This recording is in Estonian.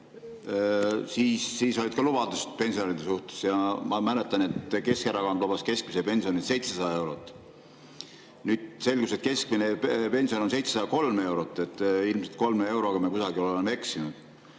Siis olid ka lubadused pensionäride suhtes. Ja ma mäletan, et Keskerakond lubas keskmist pensioni 700 eurot. Nüüd selgus, et keskmine pension on 703 eurot, nii et ilmselt kolme euroga me oleme eksinud.